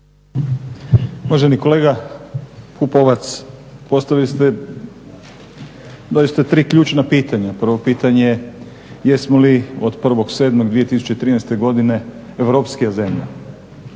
Uvaženi kolega Pupovac, postavili ste doista tri ključna pitanja. Prvo pitanje je jesmo li od 1.7.2013. godine europskija zemlja.